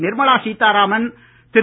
Nirmala Sitharaman Thiru